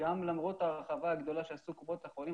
גם למרות ההרחבה הגדולה שעשו קופות החולים,